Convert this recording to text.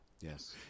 Yes